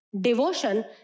devotion